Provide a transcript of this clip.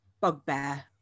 bugbear